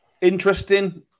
Interesting